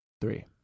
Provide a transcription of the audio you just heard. Three